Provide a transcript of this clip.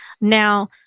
now